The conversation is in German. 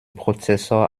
prozessor